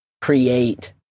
create